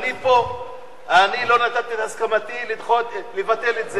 אני פה לא נתתי את הסכמתי לבטל את זה.